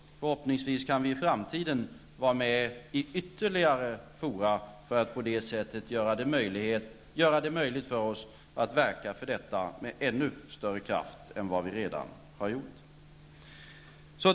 Och förhoppningsvis kan vi i framtiden vara med i ytterligare fora för att på det sättet göra det möjligt för oss att verka för detta med ännu större kraft än vad vi redan har gjort.